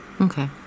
Okay